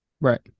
Right